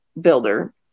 builder